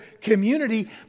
community